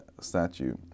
statue